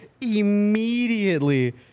Immediately